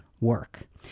work